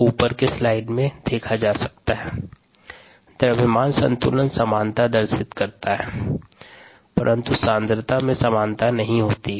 EtVEVESV द्रव्यमान संतुलन समानता दर्शित करता है परंतु सांद्रता में समानता नहीं होती है